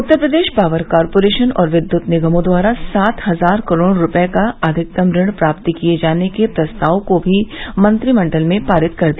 उत्तर Pradesh power corporation और विद्युत निगमों द्वारा सात हजार करोड़ रूपये का अधिकतम ऋण प्राप्त किये जाने के प्रस्ताव को भी मंत्रिमंडल ने पारित कर दिया